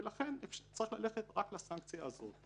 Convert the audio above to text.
ולכן צריך ללכת רק לסנקציה הזו.